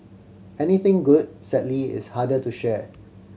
anything good sadly is harder to share